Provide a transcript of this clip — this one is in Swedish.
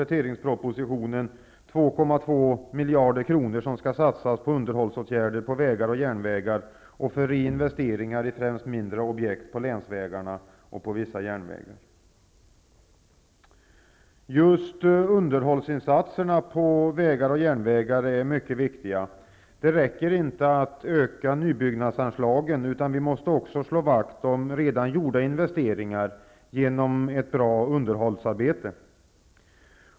2,2 miljarder kronor skall satsas för underhållsåtgärder på vägar och järnvägar och för reinvesteringar i främst mindre objekt på länsvägarna och vissa järnvägar. Just underhållsinsatserna på vägar och järnvägar är mycket viktiga. Det räcker inte att öka nybyggnadsanslagen, utan vi måste också slå vakt om redan gjorda investeringar genom ett bra underhållsarbete.